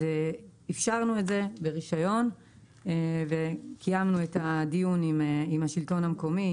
אז אפשרנו את זה ברישיון וקיימנו את הדיון עם השלטון המקומי.